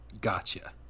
Gotcha